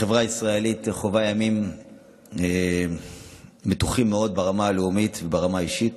החברה הישראלית חווה ימים מתוחים מאוד ברמה הלאומית וברמה האישית.